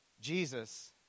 Jesus